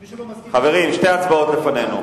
מי שלא מסכים, חברים, שתי הצבעות לפנינו.